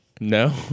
No